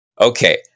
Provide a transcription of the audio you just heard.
Okay